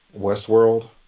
Westworld